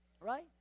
Right